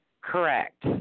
Correct